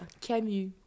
Camus